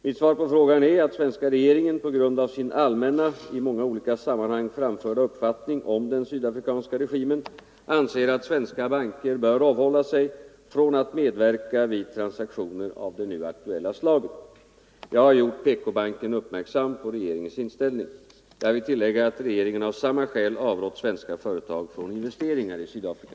Mitt svar på frågan är att svenska regeringen på grund av sin allmänna i många olika sammanhang framförda uppfattning om den sydafrikanska regimen anser att svenska banker bör avhålla sig från att medverka vid transaktioner av det nu aktuella slaget. Jag har gjort PK-banken uppmärksam på regeringens inställning. Jag vill tillägga att regeringen av samma skäl avrått svenska företag från investeringar i Sydafrika.